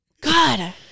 God